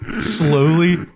slowly